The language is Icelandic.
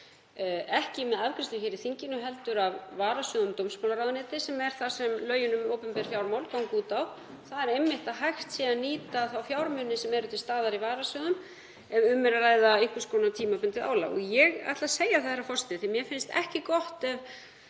ekki með afgreiðslu hér í þinginu heldur af varasjóðum dómsmálaráðuneytis, sem er það sem lög um opinber fjármál ganga út á, þ.e. einmitt að hægt sé að nýta þá fjármuni sem eru til staðar í varasjóðum ef um er að ræða einhvers konar tímabundið álag. Ég ætla að segja það, herra forseti, því að mér finnst ekki gott ef